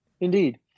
Indeed